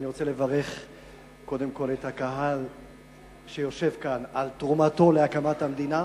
אני רוצה לברך קודם כול את הקהל שיושב כאן על תרומתו להקמת המדינה,